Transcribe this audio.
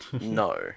No